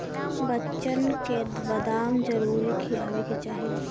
बच्चन के बदाम जरूर खियावे के चाही